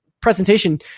presentation